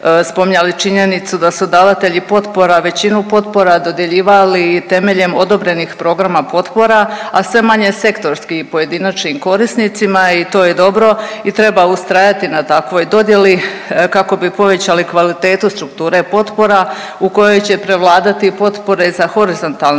spominjali činjenicu da su davatelji potpora većinu potpora dodjeljivali temeljem odobrenih programa potpora, a sve manje sektorski i pojedinačnim korisnicima i to je dobro i treba ustrajati na takvoj dodjeli kako bi povećali kvalitetu strukture potpora u kojoj će prevladati potpore za horizontalne